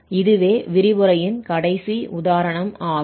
இதுவே விரிவுரையின் கடைசி உதாரணம் ஆகும்